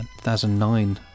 2009